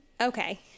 okay